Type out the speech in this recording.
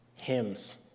hymns